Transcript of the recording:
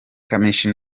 kamichi